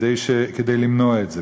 כדי למנוע את זה.